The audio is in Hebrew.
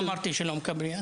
לא אמרתי שלא מקבלים.